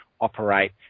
operate